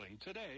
today